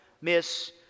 miss